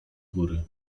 góry